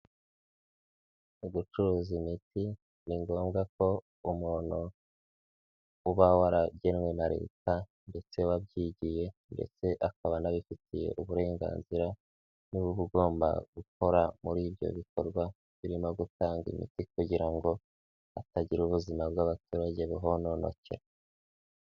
Mu gucuruza imiti ni ngombwa ko umuntu uba waragenwe na Leta ndetse wabyigiye ndetse akaba anabifitiye uburenganzira ni we uba ugomba gukora muri ibyo bikorwa birimo gutanga imiti kugira ngo hatagira ubuzima bw'abaturage buhononokera.